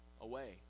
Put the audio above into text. away